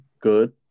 good